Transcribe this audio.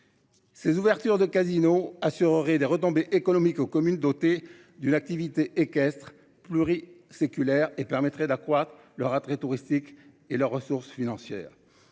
Ces ouvertures de casino assure aurait des retombées économiques aux communes dotées d'une activité équestre pluri-séculaires et permettrait d'accroître leur attrait touristique et leurs ressources financières.